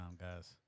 guys